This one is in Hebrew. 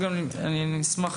אני אשמח